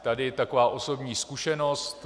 Tady taková osobní zkušenost.